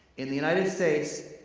in the united states,